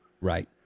Right